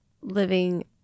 living